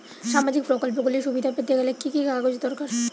সামাজীক প্রকল্পগুলি সুবিধা পেতে গেলে কি কি কাগজ দরকার?